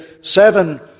seven